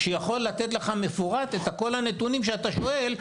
שיכול לתת לך מפורט את כל הנתונים שאתה שואל.